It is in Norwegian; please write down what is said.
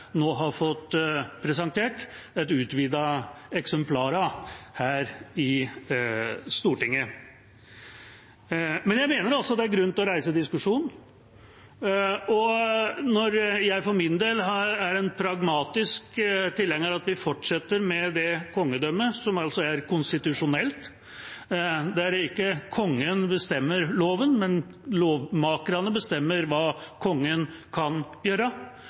nå har fått presentert et utvidet eksemplar av, her i Stortinget. Men jeg mener det er grunn til å reise diskusjonen. Og når jeg, for min del, er en pragmatisk tilhenger av at vi fortsetter med det kongedømmet som altså er konstitusjonelt – der det ikke er Kongen som bestemmer loven, men lovmakerne som bestemmer hva Kongen kan gjøre